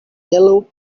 yellow